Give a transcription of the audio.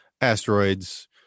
asteroids